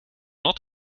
not